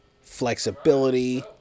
Flexibility